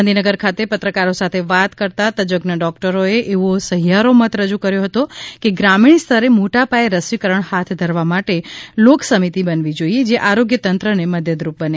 ગાંધીનગર ખાતે પત્રકારો સાથે વાત કરતાં તજઝ્ન ડોક્ટરો એ એવો સહિયારો મત રજૂ કર્યો હતો કે ગ્રામીણ સ્તરે મોટા પાયે રસીકરણ હાથ ધરવા માટે લોક સમિતિ બનવી જોઈએ જે આરોગ્ય તંત્ર ને મદદરૂપ બને